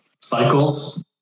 cycles